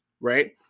right